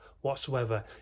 whatsoever